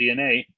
DNA